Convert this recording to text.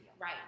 Right